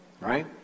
right